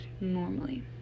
normally